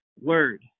word